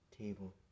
table